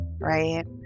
right